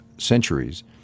Centuries